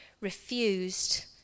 refused